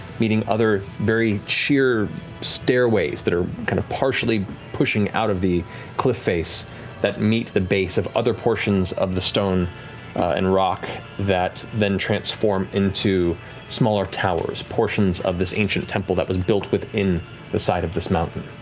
meeting other very sheer stairways that are kind of partially pushing out of the cliff face that meet the base of other portions of the stone and rock that then transform into smaller towers, portions of this ancient temple that was built within the side of this mountain.